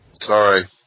Sorry